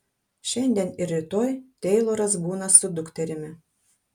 šiandien ir rytoj teiloras būna su dukterimi